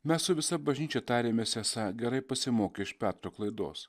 mes su visa bažnyčia tariamės esą gerai pasimokę iš petro klaidos